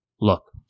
look